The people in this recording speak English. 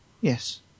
Yes